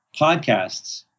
podcasts